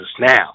now